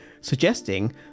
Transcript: suggesting